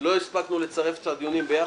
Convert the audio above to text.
לא הספקנו לצרף את הדיונים ביחד,